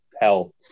hell